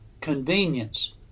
convenience